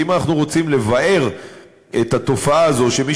כי אם אנחנו רוצים לבער את התופעה הזאת שמי